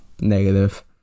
negative